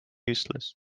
useless